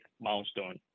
milestone